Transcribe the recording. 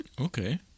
Okay